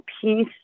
peace